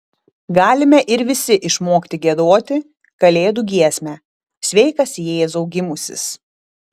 galime ir visi išmokti giedoti kalėdų giesmę sveikas jėzau gimusis